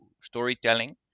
storytelling